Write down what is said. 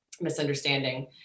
misunderstanding